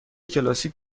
کلاسیک